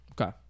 Okay